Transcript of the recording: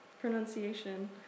pronunciation